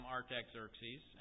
Artaxerxes